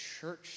church